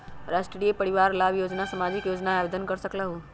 राष्ट्रीय परिवार लाभ योजना सामाजिक योजना है आवेदन कर सकलहु?